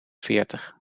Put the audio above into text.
veertig